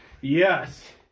Yes